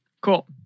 Cool